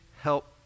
help